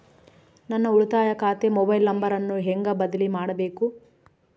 ನನ್ನ ಉಳಿತಾಯ ಖಾತೆ ಮೊಬೈಲ್ ನಂಬರನ್ನು ಹೆಂಗ ಬದಲಿ ಮಾಡಬೇಕು?